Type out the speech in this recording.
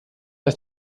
ist